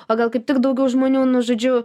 o gal kaip tik daugiau žmonių nu žodžiu